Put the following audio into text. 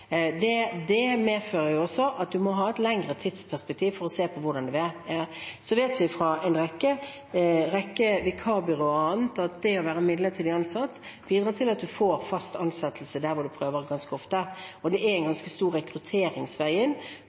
Det også at man må ha et lengre tidsperspektiv for å se hvordan det er. Så vet vi fra en rekke vikarbyråer og andre at det å være midlertidig ansatt ganske ofte bidrar til at man får fast ansettelse der hvor man prøver. Det er en ganske stor